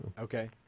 okay